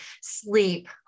sleep